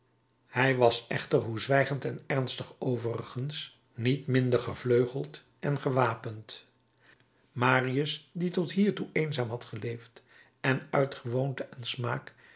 hij was echter hoe zwijgend en ernstig overigens niet minder gevleugeld en gewapend marius die tot hiertoe eenzaam had geleefd en uit gewoonte en smaak